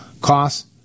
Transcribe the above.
Costs